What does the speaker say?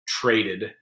traded